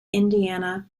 indiana